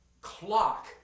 clock